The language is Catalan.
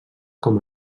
com